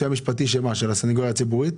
של הסניגוריה הציבורית?